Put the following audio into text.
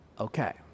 Okay